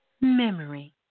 Memory